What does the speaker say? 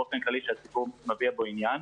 באופן כללי שהציבור מביע בו עניין,